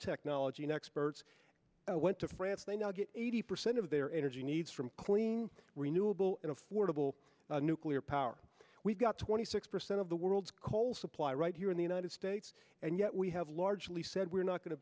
technology experts went to france they now get eighty percent of their energy needs from clean renewable and affordable nuclear power we've got twenty six percent of the world's coal supply right here in the united states and yet we have largely said we're not going to